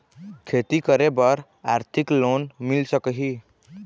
खेती करे बर आरथिक लोन मिल सकही?